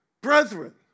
Brethren